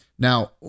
Now